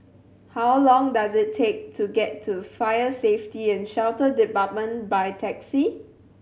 how long does it take to get to Fire Safety And Shelter Department by taxi